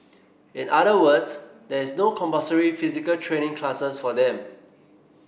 in other words there is no compulsory physical training classes for them